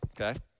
okay